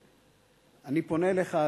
אני פונה אליך,